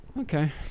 Okay